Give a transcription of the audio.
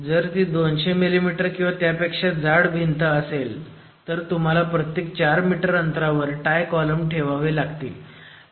जर ती 200 मिमी किंवा त्यापेक्षा जाड असेल तुम्हाला प्रत्येक 4 मीटर अंतरावर टाय कॉलम ठेवावे लागतील